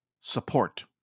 support